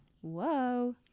Whoa